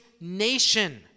nation